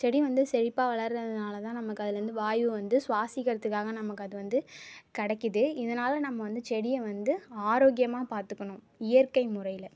செடி வந்து செழிப்பாக வளர்றதனால தான் நமக்கு அதுலேருந்து வாயு வந்து சுவாசிக்கிறதுக்காக நமக்கு அது வந்து கிடைக்குது இதனால் நம்ம வந்து செடியை வந்து ஆரோக்கியமாக பார்த்துக்கணும் இயற்கை முறையில்